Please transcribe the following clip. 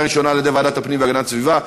ראשונה על-ידי ועדת הפנים והגנת הסביבה.